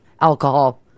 alcohol